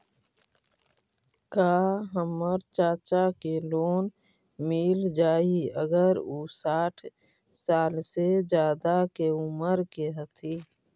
का हमर चाचा के लोन मिल जाई अगर उ साठ साल से ज्यादा के उमर के हथी?